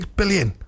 billion